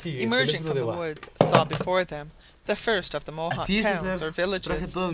emerging from the woods, saw before them the first of the mohawk towns or villages.